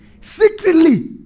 Secretly